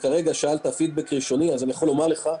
שאלת על פידבק ראשוני ואני יכול לומר לך,